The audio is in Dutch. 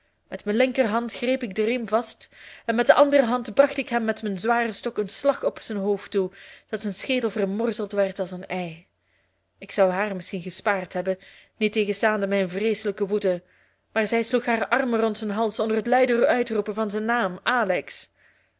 met mijn linkerhand greep ik den riem vast en met de andere hand bracht ik hem met mijn zwaren stok een slag op zijn hoofd toe dat zijn schedel vermorzeld werd als een ei ik zou haar misschien gespaard hebben niettegenstaande mijn vreeselijke woede maar zij sloeg haar armen rond zijn hals onder het luide uitroepen van zijn naam alex